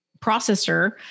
processor